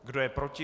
Kdo je proti?